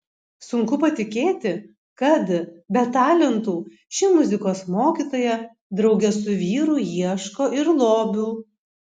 sunku patikėti kad be talentų ši muzikos mokytoja drauge su vyru ieško ir lobių